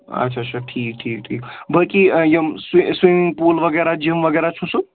اچھا اچھا ٹھیٖک ٹھیٖک ٹھیٖک بٲقی یِم سُو سُومِنٛگ پوٗل وغیرہ جِم وغیرہ چھُ سُہ